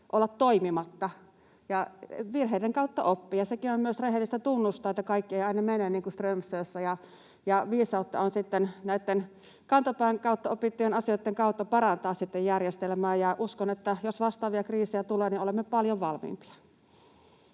olla toimimatta. Virheiden kautta oppii, ja sekin on myös rehellistä tunnustaa, että kaikki ei aina mene niin kuin Strömsössä, ja viisautta on sitten näitten kantapään kautta opittujen asioitten kautta parantaa järjestelmää. Uskon, että jos vastaavia kriisejä tulee, olemme paljon valmiimpia.